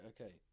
Okay